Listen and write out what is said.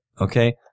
okay